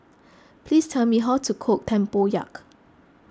please tell me how to cook Tempoyak